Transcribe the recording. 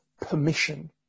permission